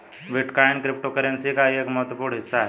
bitcoin cryptocurrency का ही एक महत्वपूर्ण हिस्सा है